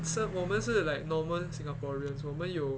serve 我们是 like normal singaporeans 我们有